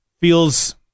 feels